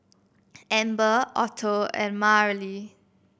Amber Otto and Marely